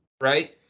Right